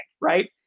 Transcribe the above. right